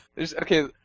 Okay